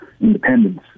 independence